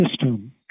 system